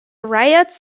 riots